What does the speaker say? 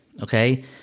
Okay